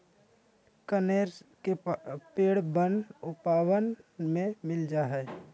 कनेर के पेड़ वन उपवन में मिल जा हई